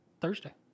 Thursday